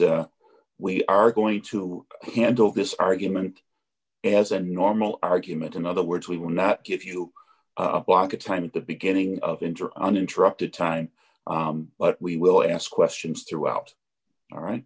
we are going to handle this argument as a normal argument in other words we will not give you a block of time at the beginning of injure uninterrupted time but we will ask questions throughout all right